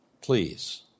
please